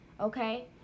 okay